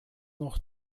noch